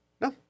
No